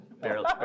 Barely